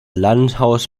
landhaus